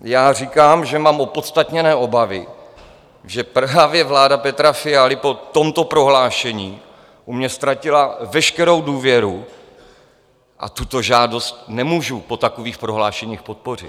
Já říkám, že mám opodstatněné obavy, že právě vláda Petra Fialy po tomto prohlášení u mě ztratila veškerou důvěru, a tuto žádost nemůžu po takových prohlášeních podpořit.